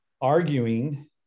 arguing